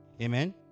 Amen